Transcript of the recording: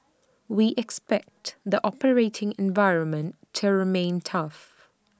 we expect the operating environment to remain tough